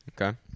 Okay